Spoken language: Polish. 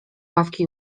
ławki